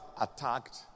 attacked